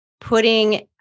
putting